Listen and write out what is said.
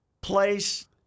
place